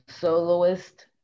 soloist